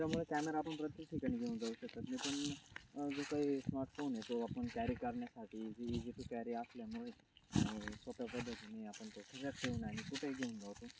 त्यामुळे कॅमेरा आपण प्रत्येक ठिकाणी घेऊन जाऊ शकत नाही पण हा जो काही स्मार्टफोन आहे तो आपण कॅरी करण्यासाठी इजी टू कॅरी असल्यामुळे सोप्या पद्धतीने आपण तो आणि कुठेही घेऊन जाऊ शकतो